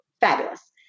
fabulous